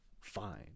fine